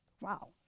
Wow